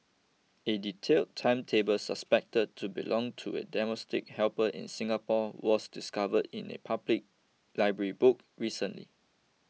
a detailed timetable suspected to belong to a domestic helper in Singapore was discovered in a public library book recently